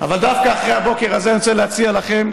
אבל דווקא אחרי הבוקר הזה אני רוצה להציע לכם,